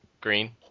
green